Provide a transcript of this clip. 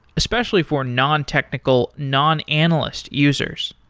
especially for non-technical non-analyst users.